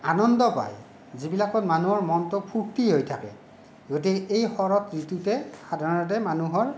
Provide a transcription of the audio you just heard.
আনন্দ পায় যিবিলাকত মানুহৰ মনটো ফুৰ্ত্তি হৈ থাকে গতিকে এই শৰত ঋতুতে সাধাৰণতে মানুহৰ